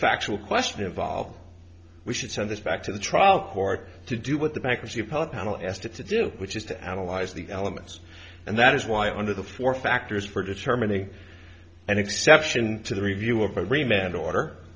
factual question involved we should send this back to the trial court to do what the bankruptcy appellate panel asked it to do which is to analyze the elements and that is why under the four factors for determining an exception to the review of agreement and order